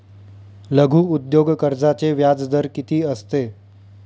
लघु उद्योग कर्जाचे व्याजदर किती असते?